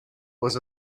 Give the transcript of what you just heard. was